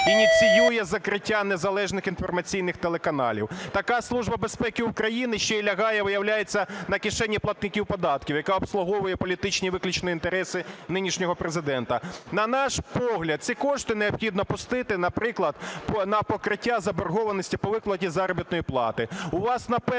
ініціює закриття незалежних інформаційних телеканалів. Така Служба безпеки України ще й лягає, виявляється, на кишені платників податків, яка обслуговує політичні виключно інтереси нинішнього Президента. На наш погляд, ці кошти необхідно пустити, наприклад, на покриття заборгованості по виплаті заробітної плати.